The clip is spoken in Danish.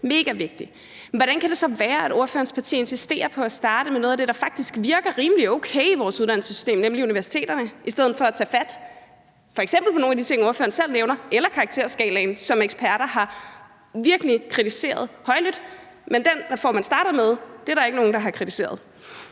Hvordan kan det så være, at ordførerens parti insisterer på at starte med noget af det, der faktisk virker rimelig okay i vores uddannelsessystem, nemlig universiteterne, i stedet for at tage fat på f.eks. nogle af de ting, ordføreren selv nævner, eller karakterskalaen, som eksperter virkelig har kritiseret højlydt, mens der ikke er nogen, der har kritiseret